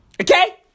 Okay